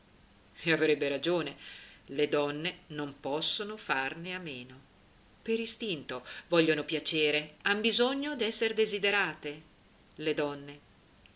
e avrebbe ragione le donne non possono farne a meno per istinto vogliono piacere han bisogno d'esser desiderate le donne